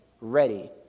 ready